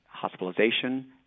hospitalization